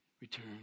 return